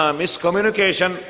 miscommunication